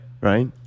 Right